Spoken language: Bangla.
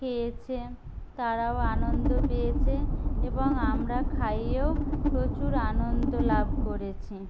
খেয়েছে তারাও আনন্দ পেয়েছে এবং আমরা খাইয়েও প্রচুর আনন্দ লাভ করেছি